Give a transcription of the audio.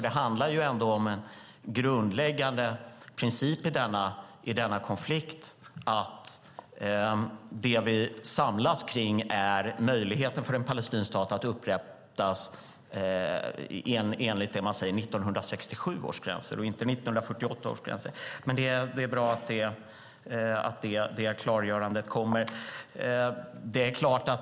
Det handlar ändå om en grundläggande princip i denna konflikt, att det vi samlas kring är möjligheten för en palestinsk stat att upprättas enligt 1967 års gränser, inte 1948 års gränser. Men det är bra att det klargörandet kommer.